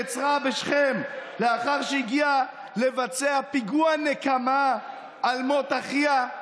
לאחר שהגיעה לבצע פיגוע נקמה על מות אחיה?